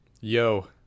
yo